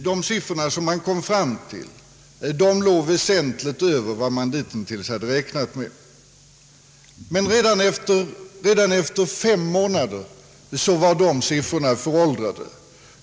De siffror, som man kom fram till, låg väsentligt över vad man ditintills hade räknat med, men redan efter några månader var siffrorna föråldrade.